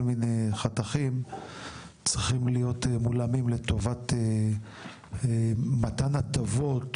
מיני חתכים צריכים להיות מועלמים לטובת מתן הטבות